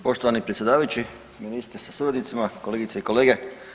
Poštovani predsjedavajući, ministre sa suradnicima, kolegice i kolege.